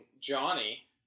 Johnny